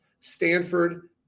Stanford